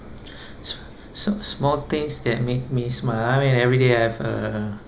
so so small things that make me smile I mean every day I have uh